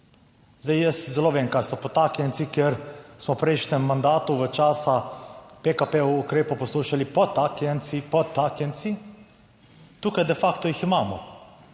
jaz zelo vem, kaj so potaknjenci, ker smo v prejšnjem mandatu, v časa PKP ukrepov poslušali, podtaknjenci, podtaknjenci. Tukaj de facto jih imamo